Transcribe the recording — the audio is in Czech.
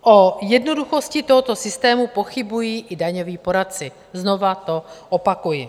O jednoduchosti tohoto systému pochybují i daňoví poradci, znova to opakuji.